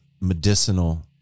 medicinal